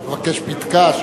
תבקש פתקה,